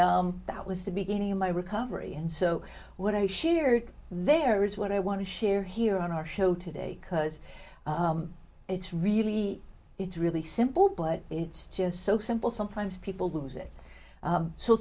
and that was the beginning of my recovery and so what i shared there is what i want to share here on our show today because it's really it's really simple but it's just so simple sometimes people who's it